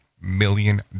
million